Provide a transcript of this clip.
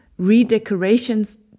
redecorations